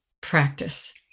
practice